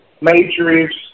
Matrix